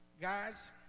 Guys